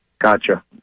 Gotcha